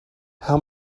how